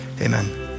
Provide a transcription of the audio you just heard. amen